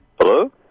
Hello